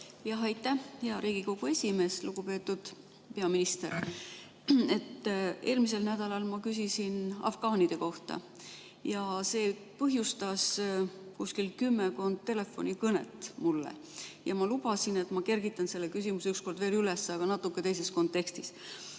Aitäh, hea Riigikogu esimees! Lugupeetud peaminister! Eelmisel nädalal ma küsisin afgaanide kohta ja see põhjustas kümmekond telefonikõnet mulle. Ma lubasin, et kergitan selle küsimuse veel üks kord üles, aga natuke teises kontekstis.